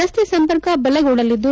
ರಸ್ತೆ ಸಂಪರ್ಕ ಬಲಗೊಳ್ಳಲಿದ್ದು